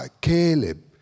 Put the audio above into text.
Caleb